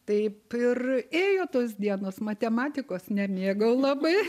taip ir ėjo tos dienos matematikos nemėgau labai